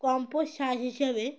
compost সার হিসেবে